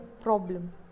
problem